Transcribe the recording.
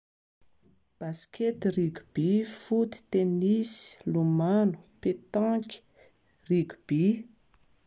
Basikety, rugby, Foot, Tennis, Pétanque, Rugby